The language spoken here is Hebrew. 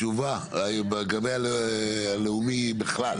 תשובה לגבי הלאומי בכלל.